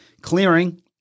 clearing